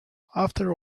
after